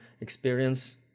experience